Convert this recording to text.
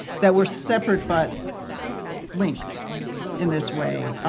that we're separate but linked in this way.